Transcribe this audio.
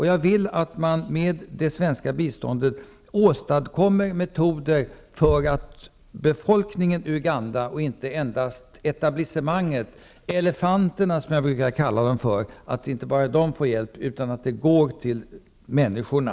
Jag vill att man med det svenska biståndet skapar metoder för att befolkningen i Uganda -- inte endast etablissemanget, elefanterna -- skall få hjälp. Biståndet skall gå till människorna.